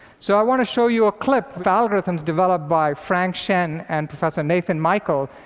so i want to show you a clip of algorithms developed by frank shen and professor nathan michael,